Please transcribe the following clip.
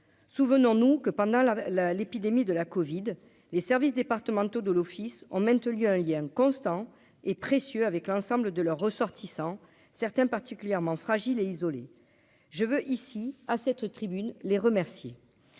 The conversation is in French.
souvenons-nous que pendant la la, l'épidémie de la Covid, les services départementaux de l'Office en même lien constant et précieux avec l'ensemble de leurs ressortissants, certains particulièrement fragiles et isolées, je veux ici à cette tribune les remercier,